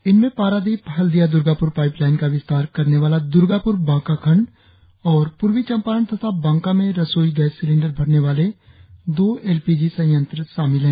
इनमें पारादीप हल्दिया दर्गापुर पाइपलाइन का विस्तार करने वाला दुर्गापुर बांका खंड और पूर्वी चंपारण तथा बांका में रसोई गैस सिलेंडर भरने वाले दो एलपीजी संयत्र शामिल हैं